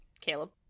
Caleb